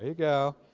ah go.